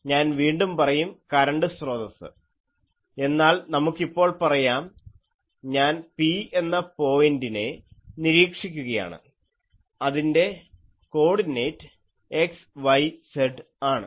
ഞാൻ വീണ്ടും പറയും കരണ്ട് സ്രോതസ്സ് എന്നാൽ നമുക്കിപ്പോൾ പറയാം ഞാൻ P എന്ന പോയിൻ്റിനെ നിരീക്ഷിക്കുകയാണ് അതിൻറെ കോഡിനേറ്റ് xyz ആണ്